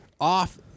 off